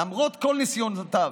למרות כל ניסיונותיו.